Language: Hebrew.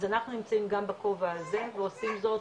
אז אנחנו נמצאים גם בכובע הזה ועושים זאת